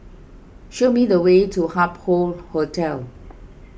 show me the way to Hup Hoe Hotel